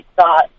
thought